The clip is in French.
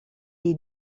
est